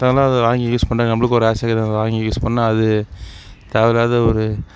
இப்போத்தான் அதை வாங்கி யூஸ் பண்ணேன் நம்மளுக்கும் ஒரு ஆசை இருக்கும் அதை வாங்கி யூஸ் பண்ணேன் அது தேவை இல்லாத ஒரு